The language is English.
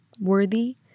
worthy